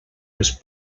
les